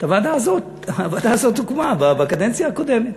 הוועדה הזאת הוקמה בקדנציה הקודמת,